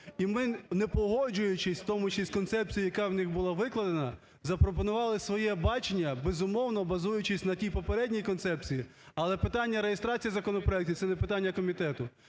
і ми, не погоджуючись в тому числі з концепцією, яка у них була викладена, запропонували своє бачення, безумовно, базуючись на тій попередній концепції, але питання законопроектів - це не питання комітету.